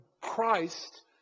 Christ